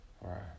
Right